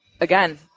again